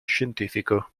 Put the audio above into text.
scientifico